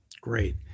Great